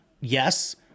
Yes